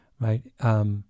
Right